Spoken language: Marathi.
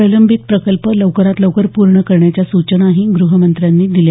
प्रलंबित प्रकल्प लवकरात लवकर पूर्ण करण्याच्या सूचनाही ग्रहमंत्र्यांनी दिल्या